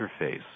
interface